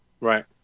Right